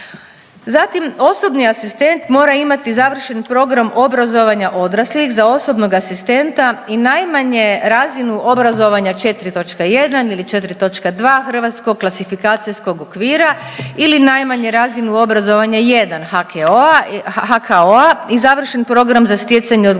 Zatim, osobni asistent mora imati završen program obrazovanja odraslih za osobnog asistenta i najmanje razinu obrazovanja IV.1 ili IV.2 hrvatskog klasifikacijskog okvira ili najmanje razinu obrazovanja I. HKEO-a, HKO-a i završen program za stjecanje odgovarajuće